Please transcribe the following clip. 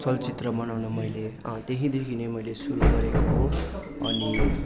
चलचित्र बनाउनु मैले त्यहीँदेखि नै मैले सुरु गरेको हो अनि